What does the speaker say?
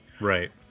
right